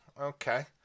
okay